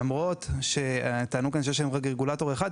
למרות שטענו כאן שיש להן רק רגולטור אחד.